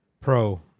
Pro